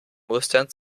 mustern